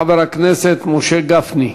חבר הכנסת משה גפני.